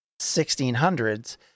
1600s